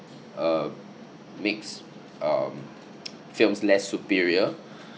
uh makes um films less superior